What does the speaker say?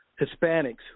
Hispanics